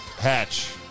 hatch